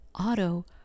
auto